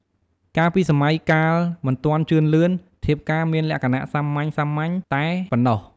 កាលពីសម័យកាលមិនទាន់ជឿនលឿន ធៀបការមានលក្ខណៈសាមញ្ញៗតែប៉ុណ្ណោះ។